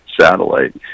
satellite